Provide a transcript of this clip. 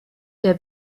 der